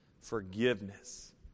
Forgiveness